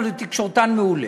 אבל הוא תקשורתן מעולה.